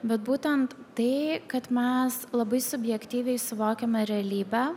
bet būtent tai kad mes labai subjektyviai suvokiame realybę